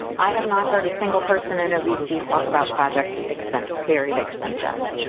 i have not heard a single person in ovc talk about project extend period extensions.